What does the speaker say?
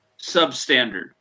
substandard